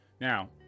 Now